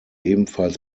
ebenfalls